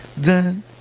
dun